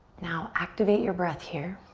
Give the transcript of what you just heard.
now activate your breath here.